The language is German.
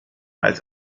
als